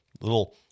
little